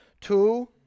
Two